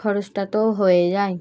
খরচটা তো হয়ে যায়